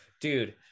dude